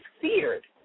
feared